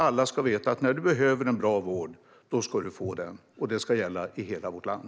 Alla ska veta att när de behöver en bra vård ska de få den, och det ska gälla i hela vårt land.